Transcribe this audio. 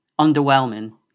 underwhelming